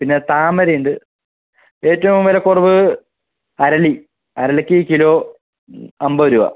പിന്നെ താമര ഉണ്ട് ഏറ്റവും വില കുറവ് അരളി അരളിക്ക് കിലോ അമ്പത് രൂപ